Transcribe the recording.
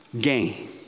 gain